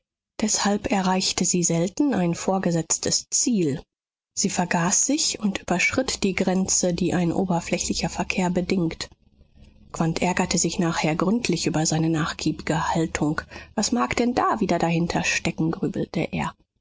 deshalb erreichte sie selten ein vorgesetztes ziel sie vergaß sich und überschritt die grenze die ein oberflächlicher verkehr bedingt quandt ärgerte sich nachher gründlich über seine nachgiebige haltung was mag denn da wieder dahinter stecken grübelte er